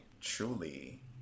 truly